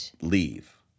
leave